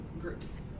groups